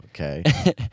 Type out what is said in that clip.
Okay